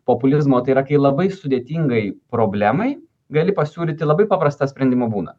populizmo tai yra kai labai sudėtingai problemai gali pasiūlyti labai paprastą sprendimo būdą